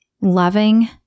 loving